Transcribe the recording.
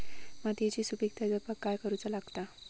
मातीयेची सुपीकता जपाक काय करूचा लागता?